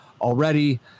already